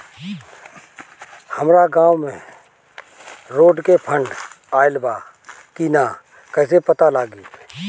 हमरा गांव मे रोड के फन्ड आइल बा कि ना कैसे पता लागि?